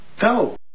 Go